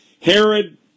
Herod